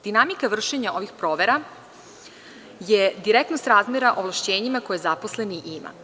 Dinamika vršenja ovih provera je direktna srazmera ovlašćenjima koje zaposleni ima.